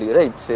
right